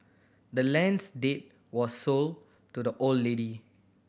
the land's deed was sold to the old lady